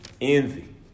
envy